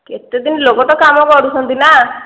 କେତେ ଦିନ ଲୋକ ତ କାମ କରୁଛନ୍ତି ନା